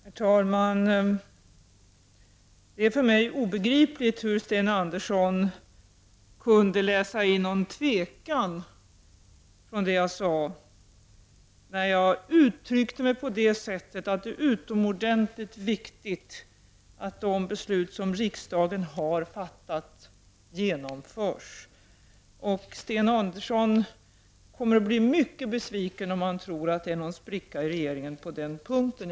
Herr talman! Det är för mig obegripligt hur Sten Andersson i Malmö kunde läsa in någon tvekan i det jag sade, när jag uttryckte mig så att det är utomordentligt viktigt att de beslut som riksdagen har fattat genomförs. Sten Andersson kommer att bli mycket besviken, om han tror att det är någon spricka i regeringen på den punkten.